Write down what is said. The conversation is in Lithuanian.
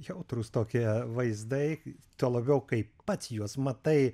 jautrūs tokie vaizdai tuo labiau kaip pats juos matai